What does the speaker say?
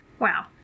Wow